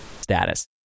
status